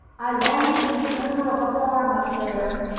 i longed to be the owner of a farm up there,